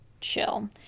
chill